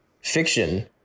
fiction